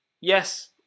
Yes